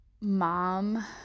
mom